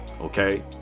okay